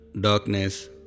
darkness